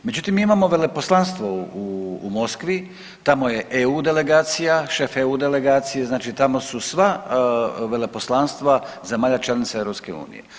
Međutim mi imamo veleposlanstvo u Moskvi tamo je EU delegacija, šef EU delegacije, znači tamo su sva veleposlanstva zemalja članica EU.